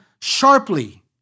sharply